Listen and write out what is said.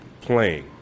playing